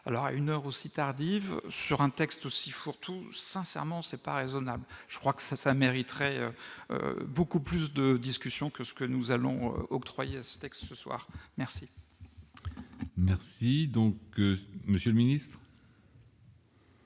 alors à une heure aussi tardive sur un texte aussi fourre-tout sincèrement c'est pas raisonnable, je crois que ça, ça mériterait beaucoup plus de discussions que ce que nous allons octroyer à ce texte, ce soir, merci. Merci donc Monsieur le Ministre.